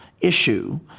issue